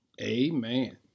amen